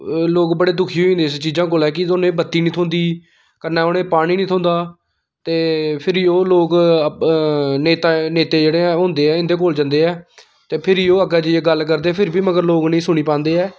लोग बड़े दुखी होई जंदे इस चीजा कोला कि जोल्लै बत्ती नी थ्होंदी कन्नै उनें पानी नी थ्होंदा ते फिरी ओह् लोग नेता नेते जेह्ड़े होंदे ऐ इन्दे कोल जन्दे ऐ ते फिरी ओह् अग्गें जाइयै गल्ल करदे फिर बी मगर लोग उ'नेंगी सुनी पांदे ऐ